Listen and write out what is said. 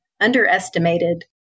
underestimated